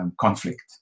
conflict